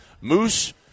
Moose